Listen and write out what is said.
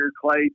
clay